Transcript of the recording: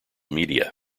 media